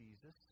Jesus